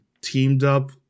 teamed-up